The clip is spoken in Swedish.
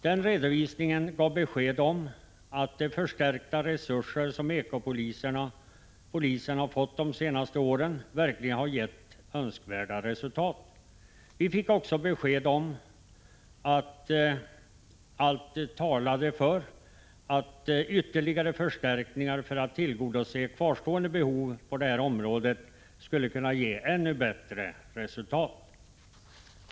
Den redovisningen gav besked om att de förstärkta resurser som ekopolisen fått de senaste åren verkligen givit önskvärda resultat. Vi fick också besked om att allt talade för att ytterligare förstärkningar för att tillgodose kvarstående behov på det här området skulle kunna ge ännu bättre resultat.